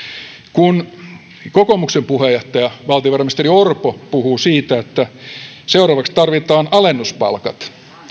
kun kokoomuksen puheenjohtaja valtiovarainministeri orpo puhui siitä että seuraavaksi tarvitaan alennuspalkat